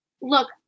look